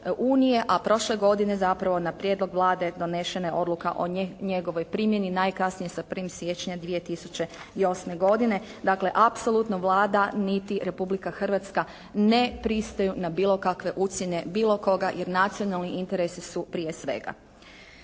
a prošle godine zapravo na prijedlog Vlade donešena je odluka o njegovoj primjeni najkasnije sa 1. siječnjem 2008. godine. Dakle apsolutno Vlada niti Republika Hrvatska ne pristaju na bilo kakve ucjene bilo koga jer nacionalni interesi su prije svega.